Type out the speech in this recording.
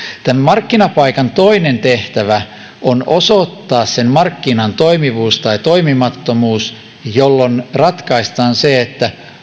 tämän markkinapaikan toinen tehtävä on osoittaa markkinan toimivuus tai toimimattomuus jolloin ratkaistaan se